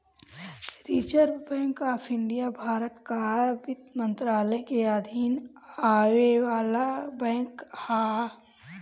reserve Bank of India भारत कअ वित्त मंत्रालय के अधीन आवे वाला बैंक हअ